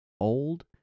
old